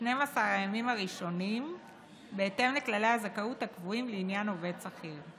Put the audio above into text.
12 הימים הראשונים בהתאם לכללי הזכאות הקבועים לעניין עובד שכיר.